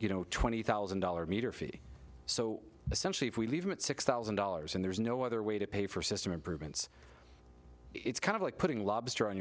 you know twenty thousand dollars meter fee so essentially if we leave it six thousand dollars and there's no other way to pay for system improvements it's kind of like putting lobster on